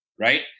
right